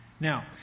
Now